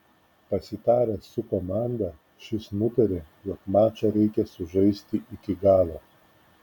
pasitaręs su komanda šis nutarė jog mačą reikia sužaisti iki galo